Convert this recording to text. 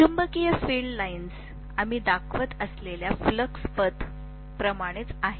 चुंबकीय field lines आम्ही दाखवित असलेल्या फ्लक्स पथ प्रमाणेच आहेत